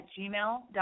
gmail.com